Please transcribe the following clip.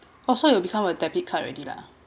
also will become a debit card already lah